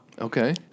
Okay